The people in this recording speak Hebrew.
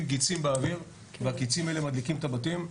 גיצים באוויר והגיצים האלה מדליקים את הבתים.